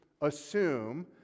assume